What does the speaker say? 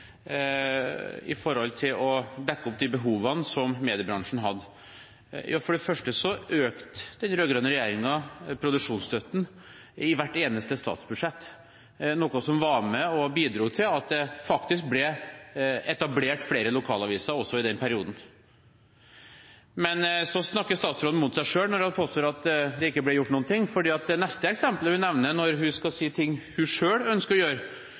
å dekke opp de behovene som mediebransjen hadde. For det første økte den rød-grønne regjeringen produksjonsstøtten i hvert eneste statsbudsjett, noe som var med og bidro til at det faktisk ble etablert flere lokalaviser også i den perioden. Men så snakker statsråden mot seg selv når hun påstår at det ikke ble gjort noen ting, for det neste eksempelet hun nevner når hun skal si ting hun selv ønsker å gjøre